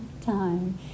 time